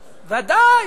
בוודאי.